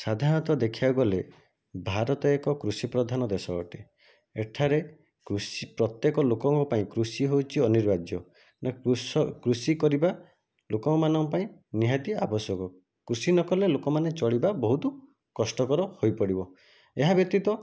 ସାଧାରଣତଃ ଦେଖିବାକୁ ଗଲେ ଭାରତ ଏକ କୃଷି ପ୍ରଧାନ ଦେଶ ଅଟେ ଏଠାରେ କୃଷି ପ୍ରତ୍ୟେକ ଲୋକଙ୍କ ପାଇଁ କୃଷି ହେଉଛି ଅନିବାର୍ଯ୍ୟ ନା କୃଷି କରିବା ଲୋକମାନଙ୍କ ପାଇଁ ନିହାତି ଆବଶ୍ୟକ କୃଷି ନ କଲେ ଲୋକ ମାନେ ଚଳିବା ବହୁତ କଷ୍ଟକର ହୋଇପଡ଼ିବ ଏହା ବ୍ୟତୀତ